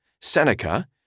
Seneca